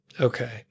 Okay